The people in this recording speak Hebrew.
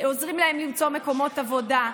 עוזרים להם למצוא מקומות עבודה.